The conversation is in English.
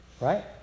right